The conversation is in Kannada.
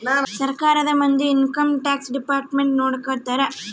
ಸರ್ಕಾರದ ಮಂದಿ ಇನ್ಕಮ್ ಟ್ಯಾಕ್ಸ್ ಡಿಪಾರ್ಟ್ಮೆಂಟ್ ನೊಡ್ಕೋತರ